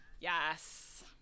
yes